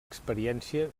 experiència